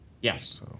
Yes